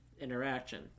interaction